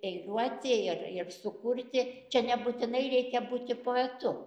eiliuoti ir ir sukurti čia nebūtinai reikia būti poetu